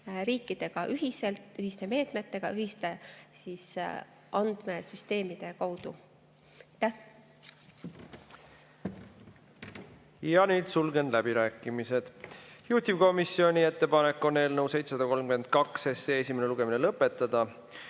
riikidega ühiselt, ühiste meetmetega, ühiste andmesüsteemide kaudu. Aitäh! Sulgen läbirääkimised. Juhtivkomisjoni ettepanek on eelnõu 732 esimene lugemine lõpetada.